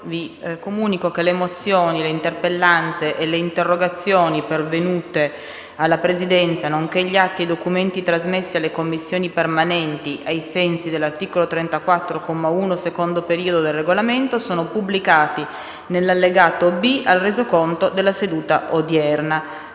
finestra"). Le mozioni, le interpellanze e le interrogazioni pervenute alla Presidenza, nonché gli atti e i documenti trasmessi alle Commissioni permanenti ai sensi dell'articolo 34, comma 1, secondo periodo, del Regolamento sono pubblicati nell'allegato B al Resoconto della seduta odierna.